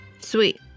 Sweet